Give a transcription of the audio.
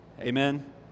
Amen